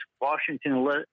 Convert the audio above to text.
Washington